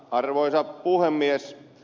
arvoisa puhemies